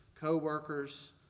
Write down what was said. co-workers